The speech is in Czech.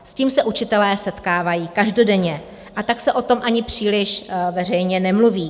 S tím se učitelé setkávají každodenně, a tak se o tom ani příliš veřejně nemluví.